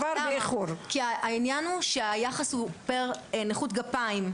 כי העניין הוא שהיחס הוא פר נכות גפיים,